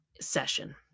session